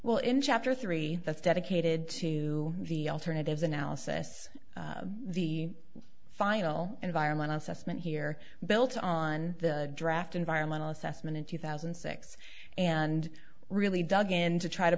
well in chapter three that's dedicated to the alternatives analysis the final environmental assessment here built on the draft environmental assessment in two thousand and six and really dug in to try to